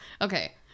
okay